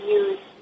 use